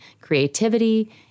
creativity